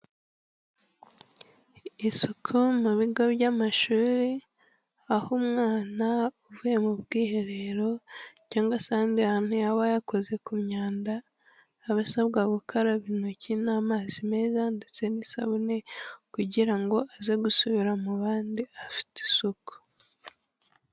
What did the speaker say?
Isuku mu bigo by'amashuri, aho umwana uvuye mu bwiherero cyangwa se ahandi hantu yaba yakoze ku myanda, aba asabwa gukaraba intoki n'amazi meza ndetse n'isabune, kugira ngo aze gusubira mu bandi afite isuku.